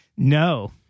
No